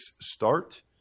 start